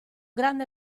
grande